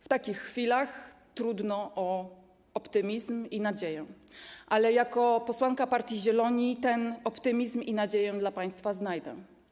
W takich chwilach trudno o optymizm i nadzieję, ale jako posłanka partii Zieloni ten optymizm i tę nadzieję dla państwa znajdę.